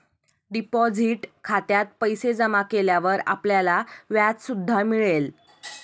deposit खात्यात पैसे जमा केल्यावर आपल्याला व्याज सुद्धा मिळेल